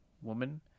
woman